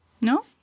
No